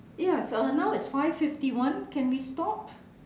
ya it's uh now it's five fifty one can we stop